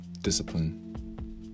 discipline